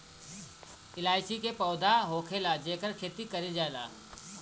इलायची के पौधा होखेला जेकर खेती कईल जाला